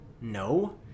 No